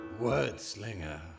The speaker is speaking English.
Wordslinger